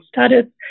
status